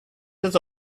does